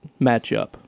matchup